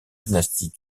dynasties